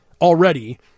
already